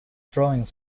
drawing